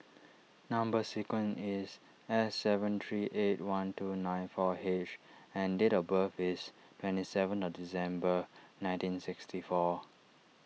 Number Sequence is S seven three eight one two nine four H and date of birth is twenty seven December nineteen sixty four